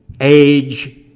age